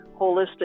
holistic